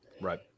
Right